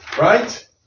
right